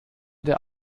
der